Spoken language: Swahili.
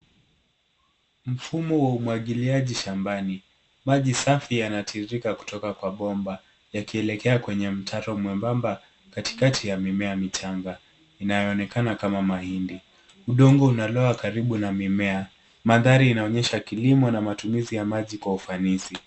Mfumo wa umwagiliaji shambani, maji safi yanayotiririka kutoka kwenye bomba yakienda kwenye mtaro mwembamba katikati ya mimea michanga, inayojionyesha kama mahindi. Udongo unaonekana ukiwa karibu na mimea, huku madirisha yakionyesha kilimo na matumizi ya maji kwa ufanisi.